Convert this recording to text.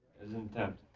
was an attempt.